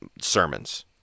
sermons